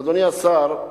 אדוני השר,